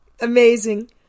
amazing